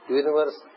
universe